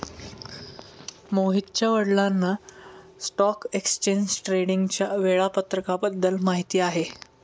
मोहितच्या वडिलांना stock exchange ट्रेडिंगच्या वेळापत्रकाबद्दल माहिती आहे